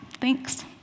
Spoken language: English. Thanks